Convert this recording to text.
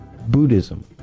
Buddhism